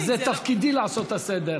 זה תפקידי לעשות את הסדר.